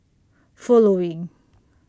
following